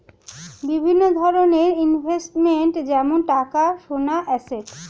বিভিন্ন ধরনের ইনভেস্টমেন্ট যেমন টাকা, সোনা, অ্যাসেট